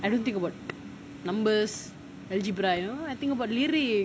I don't think about numbers algebra you know I think about lyrics